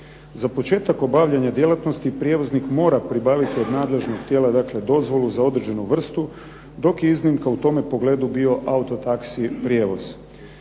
Za početak obavljanja djelatnosti prijevoznik mora pribaviti od nadležnog tijela, dakle dozvolu za određenu vrstu dok je iznimka u tome pogledu bio auto taxi prijevoz.